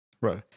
Right